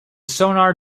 sonar